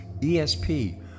ESP